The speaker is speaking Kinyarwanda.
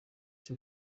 cyo